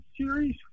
series